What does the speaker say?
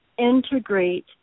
integrate